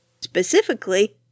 specifically